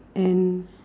and